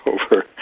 over